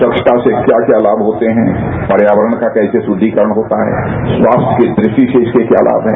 स्वच्छता से क्या क्या लाभ होते हैं पर्यावरण का कैसे शुद्धिकरण होता है स्वास्थ्य की दृष्टि से इसके क्या लाभ हैं